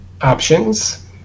Options